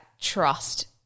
trust